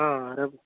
ర